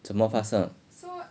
怎么发生